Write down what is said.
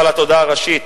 אבל התודה הראשית,